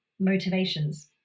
motivations